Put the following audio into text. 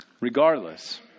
Regardless